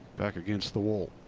back against the wall.